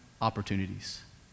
opportunities